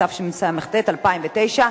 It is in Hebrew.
התשס"ט 2009,